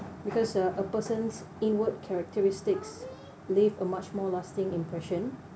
because uh a person's inward characteristics leave a much more lasting impression